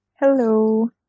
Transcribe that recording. Hello